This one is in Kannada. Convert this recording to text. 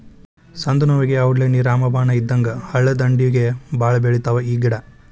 ಸಂದನೋವುಗೆ ಔಡ್ಲೇಣ್ಣಿ ರಾಮಬಾಣ ಇದ್ದಂಗ ಹಳ್ಳದಂಡ್ಡಿಗೆ ಬಾಳ ಬೆಳಿತಾವ ಈ ಗಿಡಾ